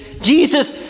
Jesus